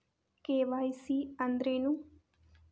KYC ಅಂದ್ರೇನು?